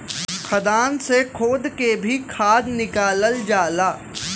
खदान से खोद के भी खाद निकालल जाला